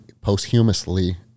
posthumously